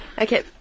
Okay